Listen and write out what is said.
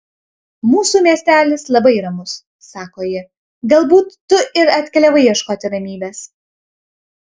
mūsų miestelis labai ramus sako ji galbūt tu ir atkeliavai ieškoti ramybės